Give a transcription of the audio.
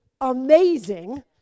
amazing